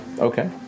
Okay